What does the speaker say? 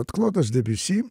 vat klodas debiusy